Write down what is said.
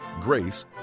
grace